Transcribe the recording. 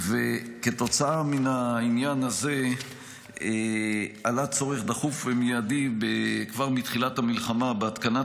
כתוצאה מן העניין הזה עלה צורך דחוף ומיידי כבר מתחילת המלחמה בהתקנת